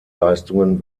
leistungen